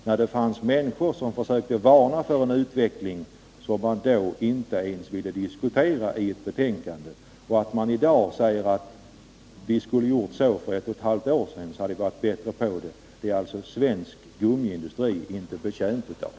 När det fanns människor som försökte varna för utvecklingen ville man inte ens gå in på saken i betänkandet. I dag säger man att om vi hade gjort så och så för ett och ett halvt år sedan, hade det varit bättre. Det är svensk gummiindustri inte betjänt av.